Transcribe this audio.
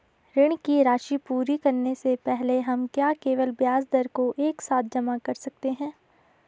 ऋण की राशि पूरी करने से पहले हम क्या केवल ब्याज दर को एक साथ जमा कर सकते हैं?